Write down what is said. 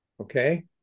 okay